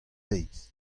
deiz